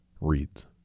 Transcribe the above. reads